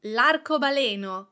L'arcobaleno